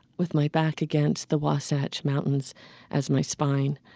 with my back against the wasatch mountains as my spine.